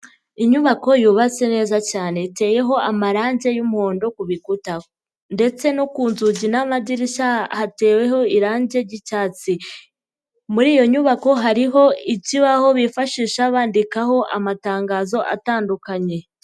Inyubako yubatse neza cyane, iteyeho amarange y'umuhondo ku bikuta ndetse no ku nzugi n'amadirishya hateweho irangi ry'icyatsi, muri iyo nyubako hariho ikibaho bifashisha bandikaho amatangazo atandukanye.